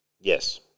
Yes